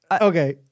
Okay